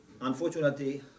unfortunately